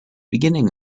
beginning